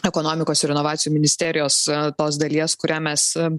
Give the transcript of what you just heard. ekonomikos ir inovacijų ministerijos tos dalies kurią mes